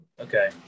Okay